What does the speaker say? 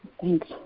Thanks